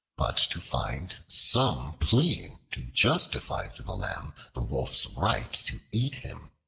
but to find some plea to justify to the lamb the wolf's right to eat him.